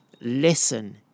listen